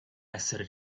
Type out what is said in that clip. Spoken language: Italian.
essere